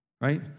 Right